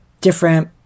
different